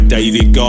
David